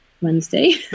Wednesday